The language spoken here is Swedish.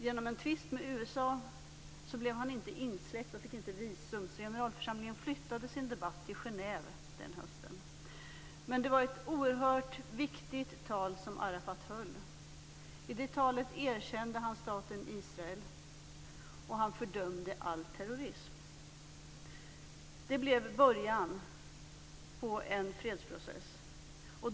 Genom en tvist med USA fick han inte visum och blev inte insläppt, så generalförsamlingen flyttade sin debatt till Genève. Det var ett oerhört viktigt tal som Arafat höll. I talet erkände han staten Israel, och han fördömde all terrorism. Det blev början på en fredsprocess.